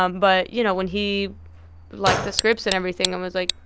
um but, you know, when he liked the scripts and everything and was like,